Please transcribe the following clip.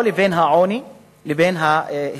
או בין העוני לבין ההישגים.